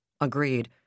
Agreed